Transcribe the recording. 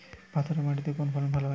পাথরে মাটিতে কোন ফসল ভালো হয়?